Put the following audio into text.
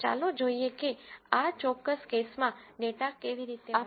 ચાલો જોઈએ કે આ ચોક્કસ કેસમાં ડેટા કેવી રીતે વાંચી શકાય